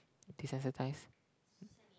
desensitize